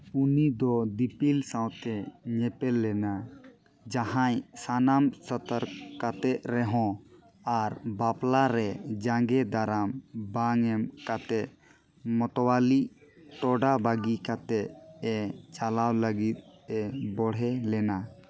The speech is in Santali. ᱩᱱᱤ ᱫᱚ ᱫᱤᱯᱤᱞ ᱥᱟᱶᱛᱮ ᱧᱮᱯᱮᱞ ᱞᱮᱱᱟᱭ ᱡᱟᱦᱟᱭ ᱥᱟᱱᱟᱢ ᱥᱚᱛᱚᱨ ᱠᱟᱛᱮ ᱨᱮᱦᱚᱸ ᱟᱨ ᱵᱟᱯᱞᱟᱨᱮ ᱡᱟᱸᱜᱮ ᱫᱟᱨᱟᱢ ᱵᱟᱝᱮᱢ ᱠᱟᱛᱮ ᱢᱚᱛᱚᱣᱟᱞᱤ ᱴᱚᱰᱟ ᱵᱟᱹᱜᱤ ᱠᱟᱛᱮ ᱮ ᱪᱟᱞᱟᱣ ᱞᱟᱹᱜᱤᱫ ᱮ ᱵᱚᱲᱦᱮ ᱞᱮᱱᱟ